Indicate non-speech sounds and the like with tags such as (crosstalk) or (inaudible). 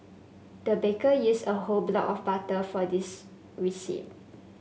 the baker used a whole block of butter for this (unintelligible)